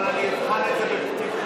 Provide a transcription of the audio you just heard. אבל אני אבחן את זה בפתיחות,